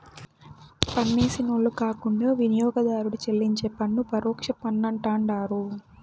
పన్నేసినోళ్లు కాకుండా వినియోగదారుడు చెల్లించే పన్ను పరోక్ష పన్నంటండారు